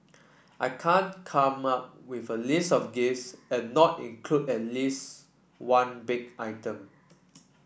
I can't come up with a list of gifts and not include at least one baked item